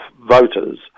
voters